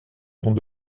dans